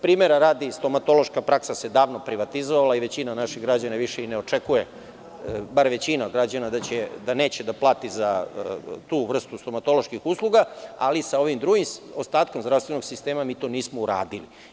Primera radi, stomatološka praksa se davno privatizovala i većina naših građana više i ne očekuje, bar većina građana, da neće da plati za tu vrstu stomatoloških usluga, ali sa ovim drugim ostatkom zdravstvenog sistema mi to nismo uradili.